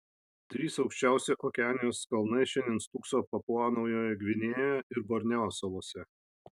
trys aukščiausi okeanijos kalnai šiandien stūkso papua ir naujojoje gvinėjoje ir borneo salose